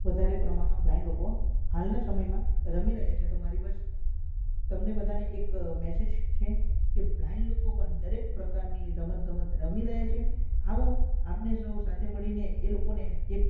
વધારે પ્રમાણમાં બ્લાઇન્ડ લોકો હાલના સમયમાં રમી રહ્યા છે તો મારી બસ તમને બધાને એક મેસેજ છે કે બ્લાઇન્ડ લોકો પણ દરેક પ્રકારની રમતગમત રમી રહ્યા છે આવો આપણે સૌ સાથે મળીને એ લોકોને એક